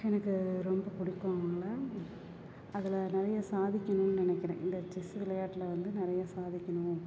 எனக்கு ரொம்ப பிடிக்கும் அவங்கள அதில் நிறைய சாதிக்கணும்னு நினைக்கிறேன் இந்த செஸ் விளையாட்டில் வந்து நிறைய சாதிக்கணும்